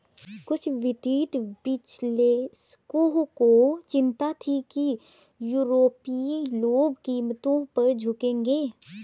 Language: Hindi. कुछ वित्तीय विश्लेषकों को चिंता थी कि यूरोपीय लोग कीमतों पर झुकेंगे